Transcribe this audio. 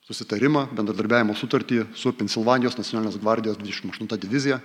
susitarimą bendradarbiavimo sutartį su pensilvanijos nacionalinės gvardijos dvidešim aštunta divizija